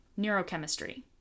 neurochemistry